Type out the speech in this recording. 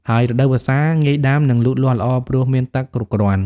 ហើយរដូវវស្សា ងាយដាំ និងលូតលាស់ល្អ ព្រោះមានទឹកគ្រប់គ្រាន់។